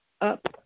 up